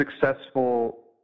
successful